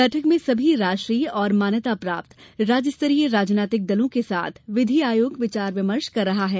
बैठक में सभी राष्ट्रीय और मान्यता प्राप्त राज्य स्तरीय राजनीतिक दलों के साथ विधि आयोग विचार विमर्श कर रहा है